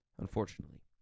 unfortunately